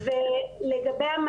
אז לא מדברים איתנו?